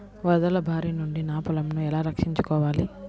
వరదల భారి నుండి నా పొలంను ఎలా రక్షించుకోవాలి?